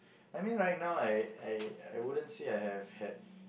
I mean right now I I I wouldn't say I have had